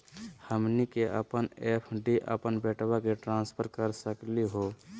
हमनी के अपन एफ.डी अपन बेटवा क ट्रांसफर कर सकली हो?